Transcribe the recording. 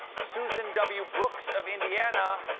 susan w brooks of indiana,